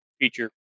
feature